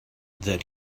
that